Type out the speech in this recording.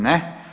Ne.